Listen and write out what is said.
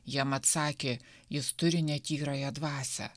jam atsakė jis turi netyrąją dvasią